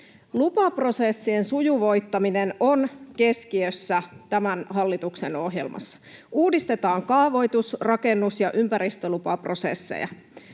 Lupaprosessien sujuvoittaminen on keskiössä tämän hallituksen ohjelmassa. Uudistetaan kaavoitus-, rakennus- ja ympäristölupaprosesseja